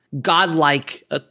godlike